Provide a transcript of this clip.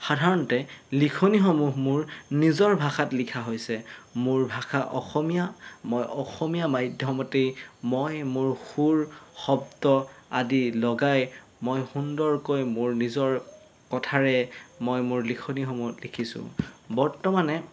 সাধাৰণতে লিখনিসমূহ মোৰ নিজৰ ভাষাত লিখা হৈছে মোৰ ভাষা অসমীয়া মই অসমীয়া মাধ্যমতেই মই মোৰ সুৰ শব্দ আদি লগাই মই সুন্দৰকৈ মোৰ নিজৰ কথাৰে মই মোৰ লিখনিসমূহ লিখিছোঁ বৰ্তমানে